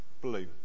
blue